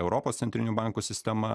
europos centrinių bankų sistema